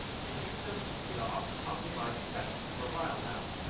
you've used them for your ah on-device tests for a while now.